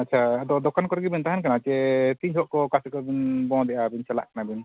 ᱟᱪᱪᱷᱟ ᱟᱫᱚ ᱫᱚᱠᱟᱱ ᱠᱚᱨᱮ ᱜᱮᱵᱤᱱ ᱛᱟᱦᱮᱱ ᱠᱟᱱᱟ ᱪᱮ ᱛᱤᱱ ᱦᱚᱲᱠᱚ ᱚᱠᱟ ᱥᱮᱫ ᱠᱷᱚᱡ ᱵᱚᱱᱫᱽ ᱮᱜᱼᱟ ᱵᱤᱱ ᱪᱟᱞᱟᱜ ᱠᱟᱱᱟ ᱵᱤᱱ